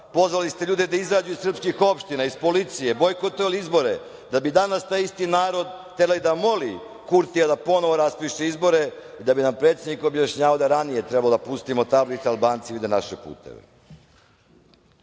Pozvali ste ljude da izađu iz srpskih opština, iz policije, bojkotovali izbore da bi danas taj isti narod terali da moli Kurtija da ponovo raspiše izbore, da bi nam predsednik objašnjavao da je ranije trebalo da pustimo tablice, Albanci vide naše